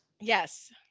Yes